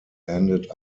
ended